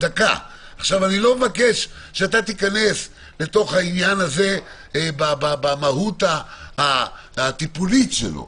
אני לא מבקש שתיכנס לעניין במהות הטיפולית שלו,